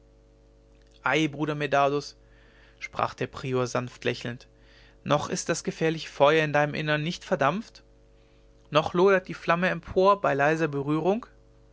ei bruder medardus sprach der prior sanft lächelnd noch ist das gefährliche feuer in deinem innern nicht verdampft noch lodert die flamme empor bei leiser berührung